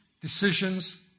decisions